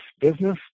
business